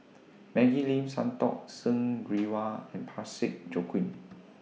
Maggie Lim Santokh Singh Grewal and Parsick Joaquim